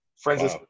friends